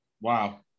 Wow